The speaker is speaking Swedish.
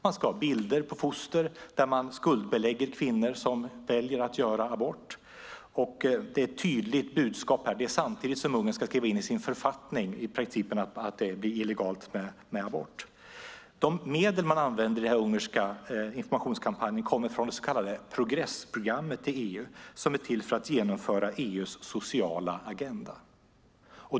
Man ska ha bilder på foster där man skuldbelägger kvinnor som väljer att göra abort, och det är ett tydligt budskap. Det är samtidigt som Ungern ska skriva in i sin författning att det blir illegalt med abort. De medel man använder i den ungerska informationskampanjen kommer från det så kallade Progressprogrammet i EU, som är till för att genomföra EU:s sociala agenda.